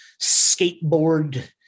skateboard